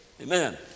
Amen